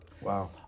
Wow